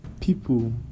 people